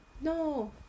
no